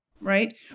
right